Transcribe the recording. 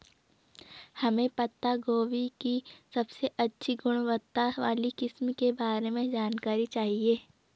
हमें पत्ता गोभी की सबसे अच्छी गुणवत्ता वाली किस्म के बारे में जानकारी चाहिए?